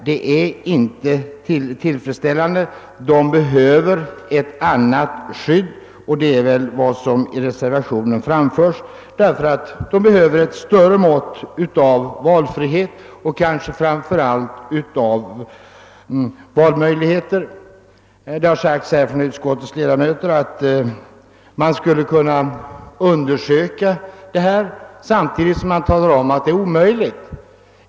Det är inte tillfredsställande. Vissa grupper behöver ett annat skydd, och det är vad som anförs i reservationen. De behöver ett större mått av valfrihet och kanske framför allt av valmöjligheter. Det har här sagts av utskottets ledamöter, att man skulle kunna undersöka detta — samtidigt som man talar om att det är omöjligt.